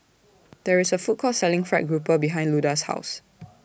There IS A Food Court Selling Fried Grouper behind Luda's House